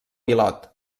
pilot